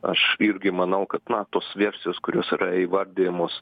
aš irgi manau kad na tos versijos kurios yra įvardijamos